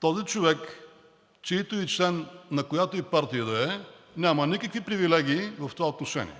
Този човек, чийто и член, на която и да е партия, няма никакви привилегии в това отношение.